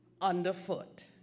underfoot